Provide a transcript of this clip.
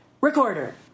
recorder